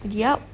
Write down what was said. yup